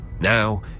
Now